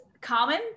common